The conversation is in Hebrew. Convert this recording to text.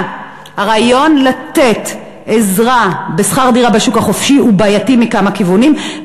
הרעיון לתת עזרה בשכר דירה בשוק החופשי הוא בעייתי מכמה כיוונים,